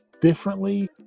differently